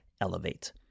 elevate